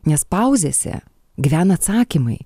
nes pauzėse gyvena atsakymai